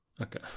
Okay